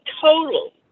total